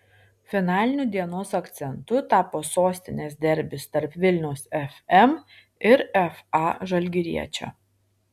finaliniu dienos akcentu tapo sostinės derbis tarp vilniaus fm ir fa žalgiriečio